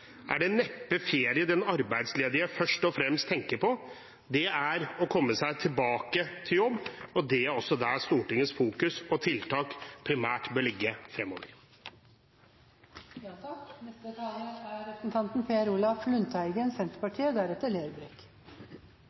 er det neppe ferie den arbeidsledige først og fremst tenker på, men å komme seg tilbake til jobb, og det er også der Stortingets fokus på tiltak primært bør ligge fremover.